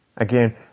Again